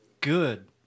Good